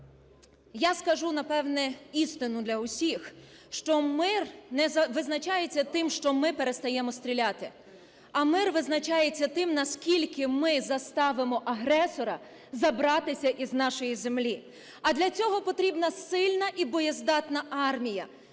я скажу, напевно, істину для усіх, що мир не визначається тим, що ми перестаємо стріляти, а мир визначається тим, наскільки ми заставимо агресора забратися із нашої землі. А для цього потрібна сильна і боєздатна армія.